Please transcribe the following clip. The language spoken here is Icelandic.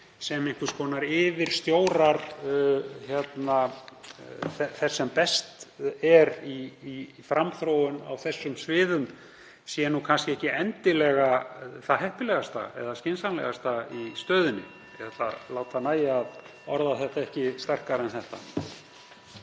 yfirstjórar þess sem best er í framþróun á þessum sviðum sé kannski ekki endilega það heppilegasta eða skynsamlegasta í stöðunni. (Forseti hringir.) Ég ætla að láta nægja að orða það ekki sterkar en þetta.